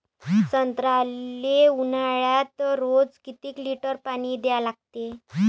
संत्र्याले ऊन्हाळ्यात रोज किती लीटर पानी द्या लागते?